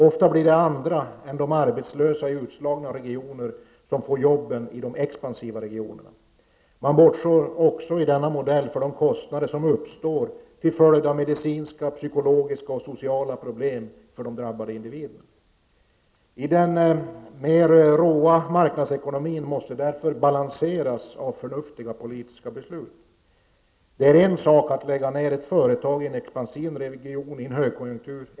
Ofta blir det andra än de arbetslösa i utslagna regioner som får jobben i de expansiva regionerna. Man bortser också i denna modell från de kostnader som uppstår till följd av medicinska, psykologiska och sociala problem för de drabbade individerna. Den mer råa marknadsekonomin måste därför balanseras av förnuftiga politiska beslut. Det är en sak att lägga ned ett företag i en expansiv region under en högkonjuktur.